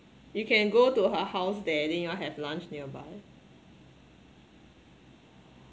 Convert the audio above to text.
you can go to her house there then you all have lunch nearby